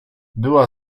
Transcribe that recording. była